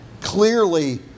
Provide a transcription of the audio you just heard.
clearly